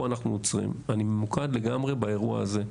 אני ממוקד לגמרי באירוע הזה.